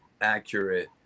accurate